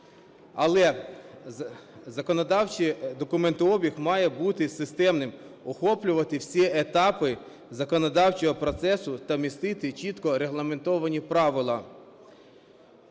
Але законодавчий документообіг має бути системним, охоплювати всі етапи законодавчого процесу та містити чітко регламентовані правила.